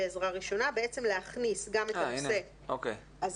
בעצם להכניס גם את הנושא הזה